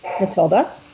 Matilda